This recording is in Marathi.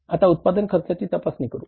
आता उत्पादन खर्चाची तपासणी करू